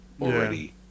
already